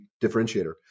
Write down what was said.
differentiator